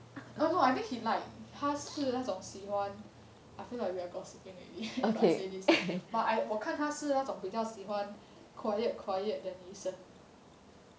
oh no I think he lied 他是那种喜欢 I feel like we are gossiping already but I say this but 我看他是那种比较喜欢 quiet quiet 的女生